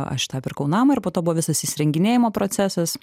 aš tą pirkau namą ir po to buvo visas įsirenginėjamo procesas